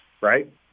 right